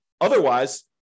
Otherwise